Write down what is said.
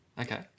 Okay